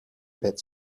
bit